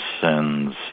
sins